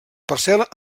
parcel·la